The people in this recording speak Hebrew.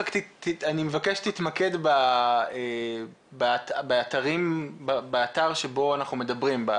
אני מבקש שתתמקד באתר בו אנחנו מדברים.